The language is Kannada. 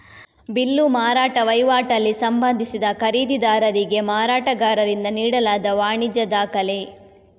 ಬಿಲ್ಲು ಮಾರಾಟ ವೈವಾಟಲ್ಲಿ ಸಂಬಂಧಿಸಿದ ಖರೀದಿದಾರರಿಗೆ ಮಾರಾಟಗಾರರಿಂದ ನೀಡಲಾದ ವಾಣಿಜ್ಯ ದಾಖಲೆ